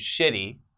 shitty